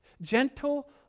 Gentle